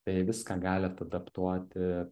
tai viską galit adaptuoti